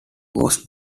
was